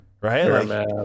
right